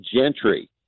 Gentry